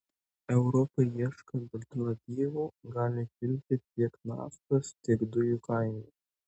europai ieškant alternatyvų gali kilti tiek naftos tiek dujų kaina